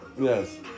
Yes